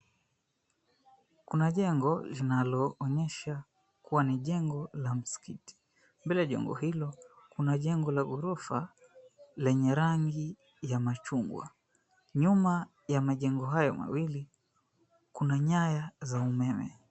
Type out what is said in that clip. Kuna jengo linaloonyesha kuwa ni jengo na msikiti. Mbele ya jengo hilo kuna jengo la ghorofa lenye rangi ya machungwa. Nyuma ya majengo hayo mawili kuna nyaya za umeme.